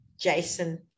Jason